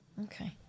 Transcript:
Okay